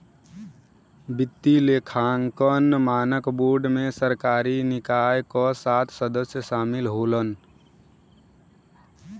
वित्तीय लेखांकन मानक बोर्ड में सरकारी निकाय क सात सदस्य शामिल होलन